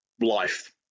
life